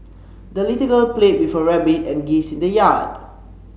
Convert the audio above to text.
the little girl played with her rabbit and geese in the yard